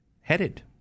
headed